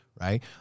right